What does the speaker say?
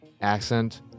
accent